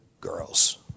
girls